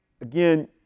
again